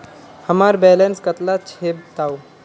हमार बैलेंस कतला छेबताउ?